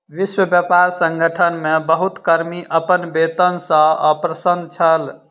विश्व व्यापार संगठन मे बहुत कर्मी अपन वेतन सॅ अप्रसन्न छल